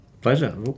Pleasure